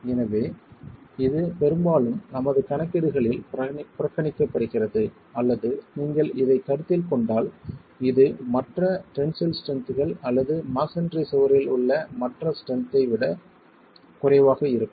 எனவே இது பெரும்பாலும் நமது கணக்கீடுகளில் புறக்கணிக்கப்படுகிறது அல்லது நீங்கள் இதை கருத்தில் கொண்டால் இது மற்ற டென்சில் ஸ்ட்ரென்த்கள் அல்லது மஸோன்றி சுவரில் உள்ள மற்ற ஸ்ட்ரென்த் ஐ விட குறைவாக இருக்கும்